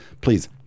please